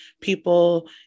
people